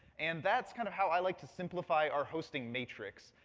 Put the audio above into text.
and that's kind of how i like to simplify our hosting matrix.